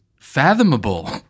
fathomable